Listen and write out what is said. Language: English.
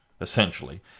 essentially